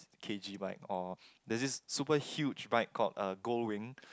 K_G bike or there's this super huge bike called uh gold wing